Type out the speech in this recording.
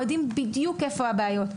אנו יודעים בדיוק איפה הבעיות.